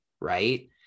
right